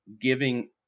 giving